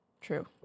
True